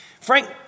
Frank